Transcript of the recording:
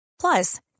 plus